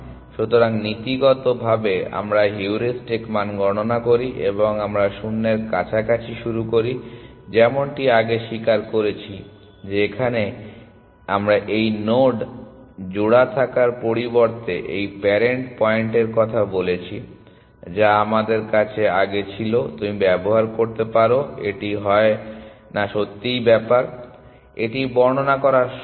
সুতরাং নীতিগতভাবে আমরা হিউরিস্টিক মান গণনা করি এবং আমরা শূন্যের কাছাকাছি শুরু করি যেমনটি আগে স্বীকার করেছি যে এখানে আমরা এই নোড জোড়া থাকার পরিবর্তে এই প্যারেন্ট পয়েন্টের কথা বলেছি যা আমাদের আগে ছিল তুমি ব্যবহার করতে পারো যে এটি হয় না সত্যিই ব্যাপার এটি বর্ণনা করা সহজ